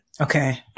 Okay